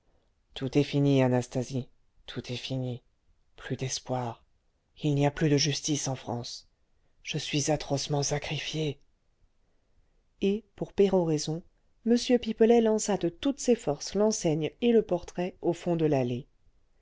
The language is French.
tout est fini anastasie tout est fini plus d'espoir il n'y a plus de justice en france je suis atrocement sacrifié et pour péroraison m pipelet lança de toutes ses forces l'enseigne et le portrait au fond de l'allée